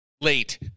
late